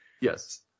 Yes